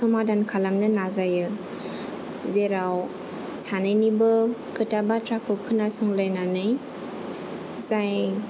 समाधान खालामनो नाजायो जेराव सानैनिबो खोथा बाथ्राखौ खोनासंलायनानै जाय